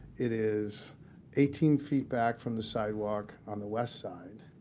it is eighteen feet back from the sidewalk on the west side.